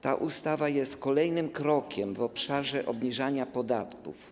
Ta ustawa jest kolejnym krokiem w obszarze obniżania podatków.